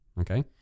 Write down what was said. okay